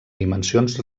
dimensions